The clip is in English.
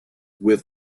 with